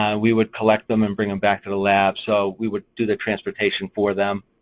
um we would collect them and bring them back to the lab, so we would do the transportation for them.